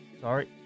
Sorry